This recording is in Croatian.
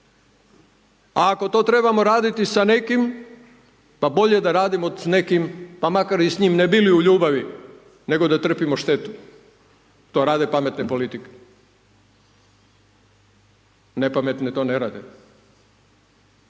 A ako to trebamo raditi sa nekim pa bolje da radimo s nekim, pa makar i s njim i ne bili u ljubavi, nego da trpimo štetu, to rade pametne politike. Ne pametne to ne rade.